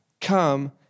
Come